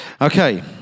Okay